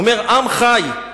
הוא אומר: "עם חי,